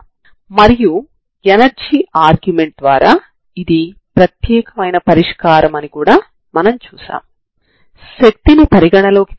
x0 మరియు t0 లు నామమాత్రపు చరరాశులు